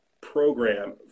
program